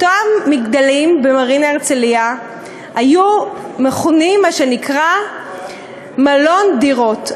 אותם מגדלים במרינה הרצליה היו מכונים מה שנקרא "מלון דירות".